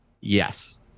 Yes